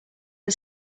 are